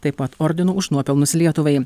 taip pat ordinu už nuopelnus lietuvai